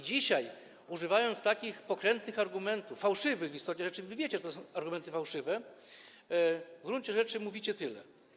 Dzisiaj używając takich pokrętnych argumentów, fałszywych w istocie rzeczy - wy wiecie, że to są argumenty fałszywe - w gruncie rzeczy mówicie tyle.